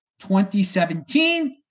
2017